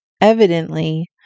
Evidently